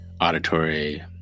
auditory